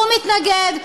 הוא מתנגד,